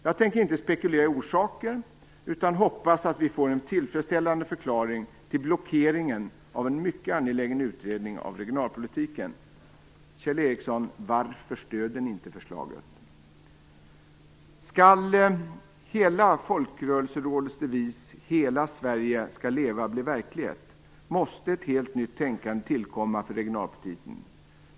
Jag tänker inte spekulera i orsaker utan hoppas att vi får en tillfredsställande förklaring till blockeringen av en mycket angelägen utredning av regionalpolitiken. Varför stöder ni inte förslaget, Kjell Ericsson? Skall Folkrörelserådets devis "Hela Sverige skall leva" bli verklighet måste ett helt nytt tänkande tillkomma för regionalpolitiken.